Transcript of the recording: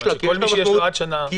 כיוון שכל מי שיש לו עד שנה --- יש לה,